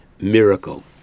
miracle